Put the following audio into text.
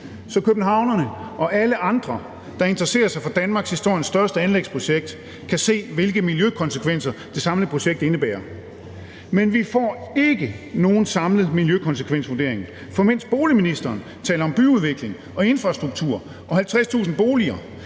så københavnerne og alle andre, der interesserer sig for danmarkshistoriens største anlægsprojekt, kan se, hvilke miljøkonsekvenser det samlede projekt indebærer. Men vi får ikke nogen samlet miljøkonsekvensvurdering. For mens boligministeren taler om byudvikling og infrastruktur og 50.000 boliger,